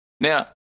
Now